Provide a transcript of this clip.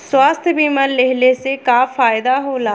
स्वास्थ्य बीमा लेहले से का फायदा होला?